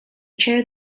chair